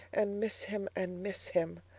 and miss him, and miss him.